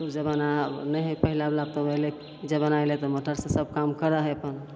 जमाना आब नहि हइ पहिलावला तब अएलै जमाना आइ गेलै तऽ मोटरसे सब काम करै हइ अपन